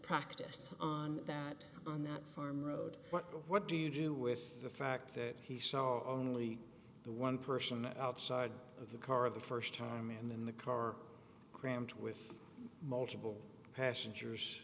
practice on that on that farm road but what do you do with the fact that he saw only the one person outside of the car the first time in the car crammed with multiple pass